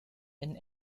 and